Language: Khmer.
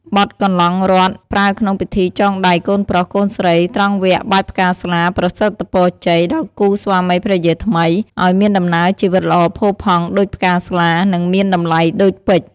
បទកន្លង់រតន៍ ប្រើក្នុងពិធីចងដៃកូនប្រុស កូនស្រី ត្រង់វគ្គបាចផ្កាស្លា ប្រសិទ្ធពរជ័យ ដល់គូស្វាមីភរិយាថ្មី ឱ្យមានដំណើរជីវិតល្អផូរផង់ដូចផ្កាស្លា និងមានតម្លៃដូចពេជ្រ។